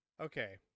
Okay